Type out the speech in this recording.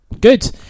good